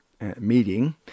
meeting